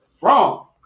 Wrong